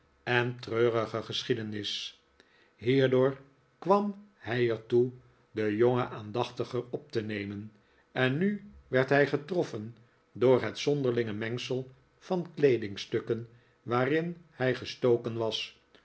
en treurige geschiedenis hierdoor kwam hij er toe den jongen aandachtiger op te nemen en nu werd hij getroffen door het zonderlinge mengsel van kleedingstukken waarin hij gestoken was